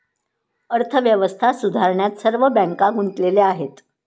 अर्थव्यवस्था सुधारण्यात सर्व बँका गुंतलेल्या आहेत